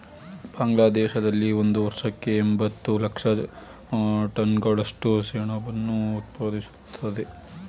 ಬಾಂಗ್ಲಾದೇಶದಲ್ಲಿ ಒಂದು ವರ್ಷಕ್ಕೆ ಎಂಬತ್ತು ಲಕ್ಷ ಟನ್ಗಳಷ್ಟು ಸೆಣಬನ್ನು ಉತ್ಪಾದಿಸ್ತದೆ